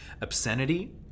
obscenity